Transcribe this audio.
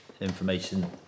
information